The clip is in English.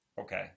Okay